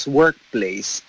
workplace